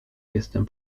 jestem